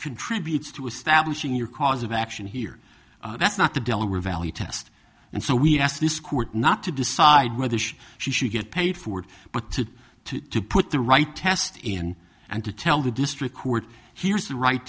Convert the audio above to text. contributes to establishing your cause of action here that's not the delaware valley test and so we asked this court not to decide whether she should get paid for it but to to to put the right test in and to tell the district court here's the right